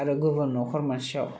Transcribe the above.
आरो गुबुन नखर मोनसेयाव